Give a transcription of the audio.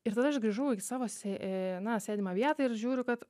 ir tada aš grįžau į savo sė na sėdimą vietą ir žiūriu kad